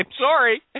sorry